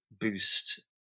boost